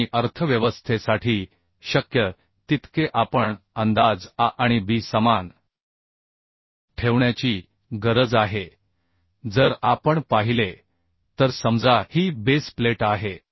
आणि अर्थव्यवस्थेसाठी शक्य तितके आपण अंदाज A आणि B समान ठेवण्याची गरज आहे जर आपण पाहिले तर समजा ही बेस प्लेट आहे